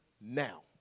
now